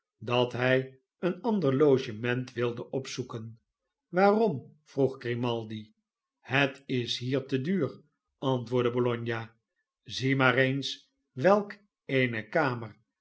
dat hij een ander logement wilde opzoeken waarom vroeg grimaldi het is hier te duur antwoordde bologna zie maar eens welk eene kamer